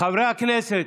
חברי הכנסת,